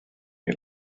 neu